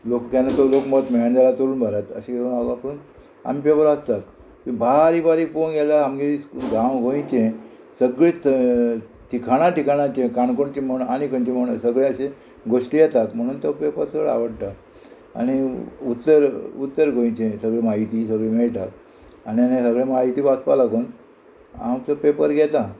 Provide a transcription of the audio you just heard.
लोक केन्ना तो लोकमत मेळना जाल्यार तरुण भारत अशें करून आपूण आमी पेपर वाचता बारीक बारीक पोवूंक गेल्यार आमगे गांव गोंयचें सगळेंच ठिकाणां ठिकाणांचें काणकोणचें म्हण आनी खंयचें म्हण सगळें अशे गोश्टी येता म्हणून तो पेपर चड आवडटा आनी उत्सर उत्तर गोंयचें सगळी म्हायती सगळीं मेळटा आनी आनी सगळें म्हायती वाचपा लागून हांव तो पेपर घेतां